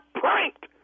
pranked